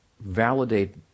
validate